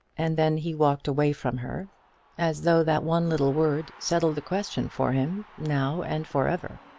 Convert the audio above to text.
and then he walked away from her as though that one little word settled the question for him, now and for ever.